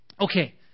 Okay